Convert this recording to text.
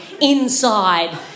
inside